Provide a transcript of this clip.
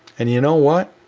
and you know what?